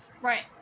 Right